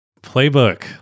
playbook